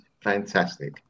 fantastic